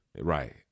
Right